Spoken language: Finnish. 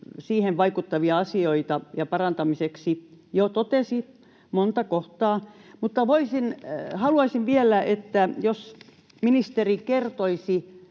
vaikuttavia asioita ja sen parantamiseksi monta kohtaa. Mutta haluaisin vielä, että ministeri kertoisi